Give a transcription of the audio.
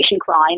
crime